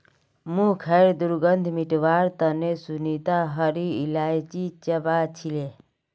मुँहखैर दुर्गंध मिटवार तने सुनीता हरी इलायची चबा छीले